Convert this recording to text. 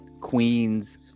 Queens